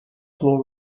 floor